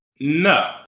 No